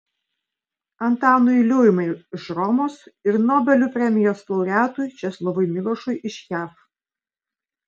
antanui liuimai iš romos ir nobelio premijos laureatui česlovui milošui iš jav